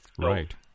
right